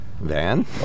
Van